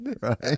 right